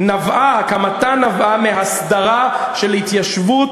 הקמתן נבעה מהסדרה של התיישבות